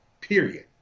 period